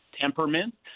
temperament